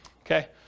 Okay